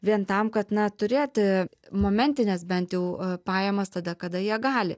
vien tam kad na turėti momentines bent jau pajamas tada kada jie gali